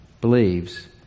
believes